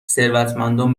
ثروتمندان